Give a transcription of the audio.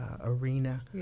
arena